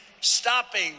stopping